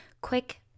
quick